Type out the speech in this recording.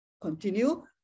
continue